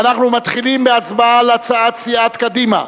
ואנחנו מתחילים בהצבעה על הצעת סיעת קדימה,